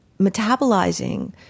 metabolizing